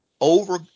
over